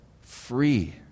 free